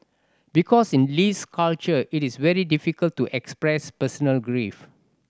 because in Lee's culture it is very difficult to express personal grief